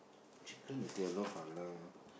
chicken is yellow colour